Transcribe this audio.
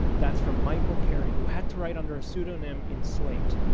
that's from michael kerry who had to write under a pseudonym in slate.